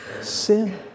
sin